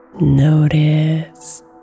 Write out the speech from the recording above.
Notice